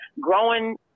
growing